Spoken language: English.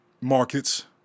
markets